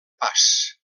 pas